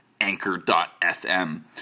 Anchor.fm